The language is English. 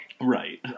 Right